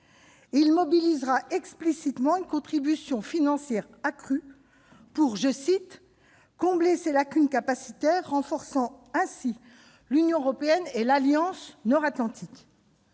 Il mobilisera explicitement une contribution financière accrue pour « combler ses lacunes capacitaires, renforçant ainsi l'Union européenne et l'Alliance nord-atlantique ».